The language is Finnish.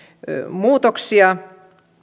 muutoksia